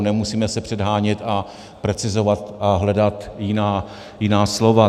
Nemusíme se předhánět a precizovat a hledat jiná slova.